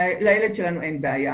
לילד שלנו אין בעיה.